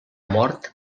mort